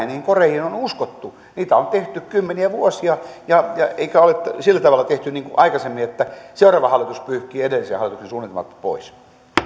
niihin koreihin on on uskottu niitä on tehty kymmeniä vuosia eikä ole sillä tavalla tehty niin kuin aikaisemmin että seuraava hallitus pyyhkii edellisen hallituksen suunnitelmat pois